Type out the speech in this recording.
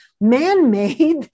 man-made